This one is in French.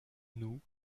nous